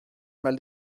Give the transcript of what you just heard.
mal